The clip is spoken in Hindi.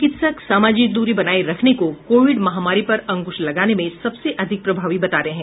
चिकित्सक सामाजिक दूरी बनाये रखने को कोविड महामारी पर अंकुश लगाने में सबसे अधिक प्रभावी बता रहे हैं